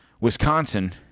Wisconsin